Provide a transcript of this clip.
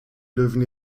löwen